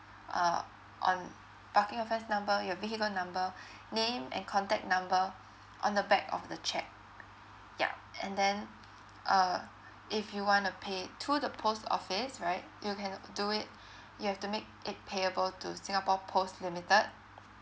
uh on parking offence number your vehicle number name and contact number on the back of the cheque yup and then uh if you wanna pay to the post office right you can do it you have to make it payable to singapore post limited